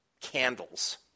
candles